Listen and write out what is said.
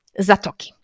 zatoki